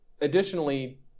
additionally